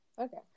Okay